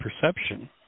perception